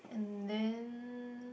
and then